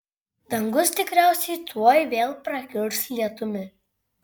dangus tikriausiai tuoj vėl prakiurs lietumi